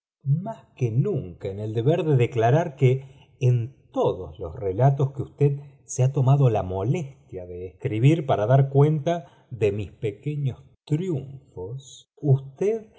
más que nunca en el deber de declarar que en todos los relatos que usted se ha tomado la molestia de escribir para dar cuenta de mis pequeños triunfos usted